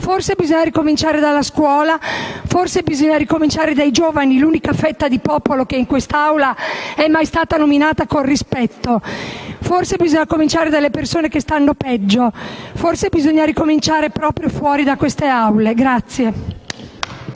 Bisogna ricominciare tutto da capo, forse dalla scuola, forse dai giovani, l'unica fetta di popolo che in quest'Aula non è mai stata nominata con rispetto. Forse bisogna cominciare dalle persone che stanno peggio, forse bisogna ricominciare proprio fuori da queste Aule.